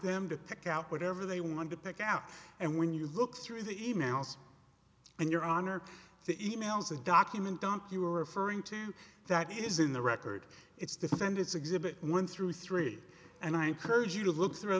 them to pick out whatever they wanted to pick out and when you look through the e mails and your honor the e mails a document dump you are referring to that is in the record it's defendant's exhibit one through three and i encourage you to look through